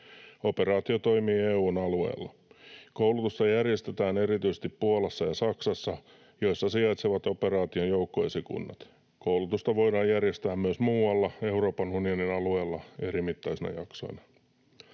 Operaatio toimii EU:n alueella. Koulutusta järjestetään erityisesti Puolassa ja Saksassa, joissa sijaitsevat operaation joukkoesikunnat. Koulutusta voidaan järjestää myös muualla Euroopan unionin alueella erimittaisina jaksoina.